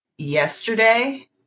Yesterday